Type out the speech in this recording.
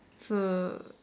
hmm